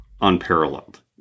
unparalleled